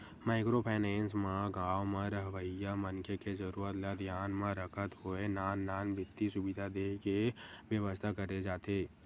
micro finance म गाँव म रहवइया मनखे के जरुरत ल धियान म रखत होय नान नान बित्तीय सुबिधा देय के बेवस्था करे जाथे